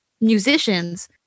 musicians